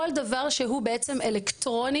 כל דבר שהוא בעצם אלקטרוני,